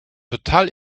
total